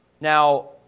Now